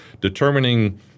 determining